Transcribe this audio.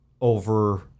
over